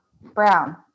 brown